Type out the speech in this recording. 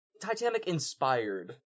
Titanic-inspired